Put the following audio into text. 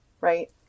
right